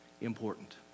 important